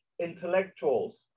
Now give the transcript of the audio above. intellectuals